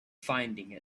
finding